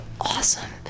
awesome